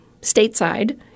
stateside –